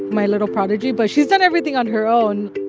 my little prodigy but she's done everything on her own